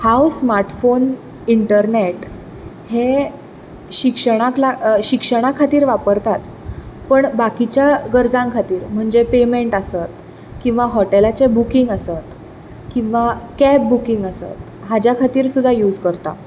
हांव smart phone internet हे शिक्षणाक शिक्षणा खातीर वापरताच पण बाकिच्या गरजां खातीर म्हणजे पेमेंट आसत किंवा हॉटेलाचे बुकींग आसत किंवां कॅब बुकींग आसत हाज्या खातीर सुद्दां यूज करता